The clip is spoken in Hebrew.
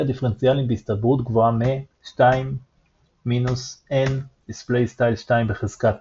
דיפרנציאלים בהסתברות גבוהה מ- 2 − n \displaystyle 2^{-n}